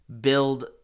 build